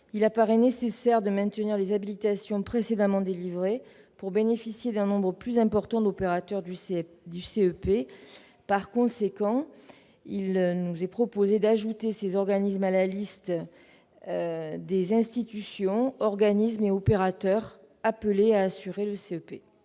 il paraît nécessaire de maintenir les habilitations précédemment délivrées pour bénéficier d'un nombre plus important d'opérateurs du CEP. Par conséquent, il est proposé d'ajouter ces organismes à la liste des institutions, organismes et opérateurs appelés à assurer le CEP.